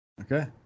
Okay